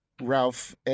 Ralph